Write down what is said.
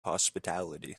hospitality